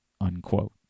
Unquote